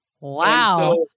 Wow